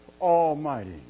Almighty